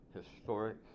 historic